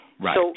Right